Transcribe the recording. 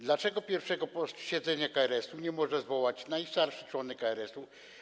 Dlaczego pierwszego posiedzenia KRS-u nie może zwołać najstarszy członek KRS-u?